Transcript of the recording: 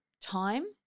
time